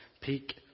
peak